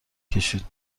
کشید